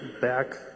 back